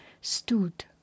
stood